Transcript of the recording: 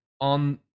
on